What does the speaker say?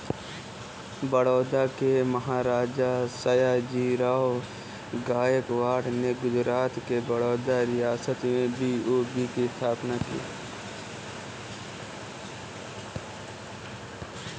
बड़ौदा के महाराजा, सयाजीराव गायकवाड़ ने गुजरात के बड़ौदा रियासत में बी.ओ.बी की स्थापना की